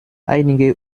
einige